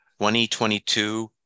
2022